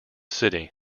city